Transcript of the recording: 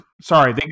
Sorry